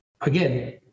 again